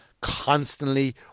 constantly